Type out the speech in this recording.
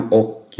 och